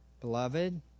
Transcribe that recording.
Beloved